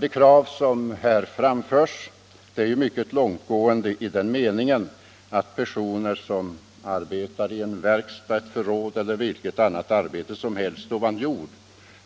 Det krav som här framförs är ju mycket långtgående i den meningen att personer som arbetar i verkstad, förråd eller vilket annat arbete som helst ovan jord,